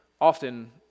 often